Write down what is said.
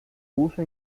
uso